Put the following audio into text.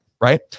Right